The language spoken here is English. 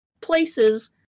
places